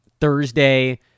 Thursday